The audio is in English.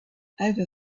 over